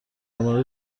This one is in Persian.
مورد